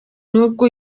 nubwo